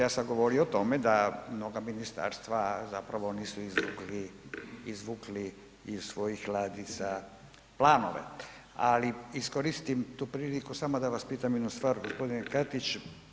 Ja sam govorio o tome da mnoga ministarstva zapravo nisu izvukli, izvukli iz svojih ladica planove, ali iskoristim tu priliku samo da vas pitam jednu stvar gospodine Katić.